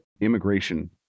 immigration